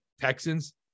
Texans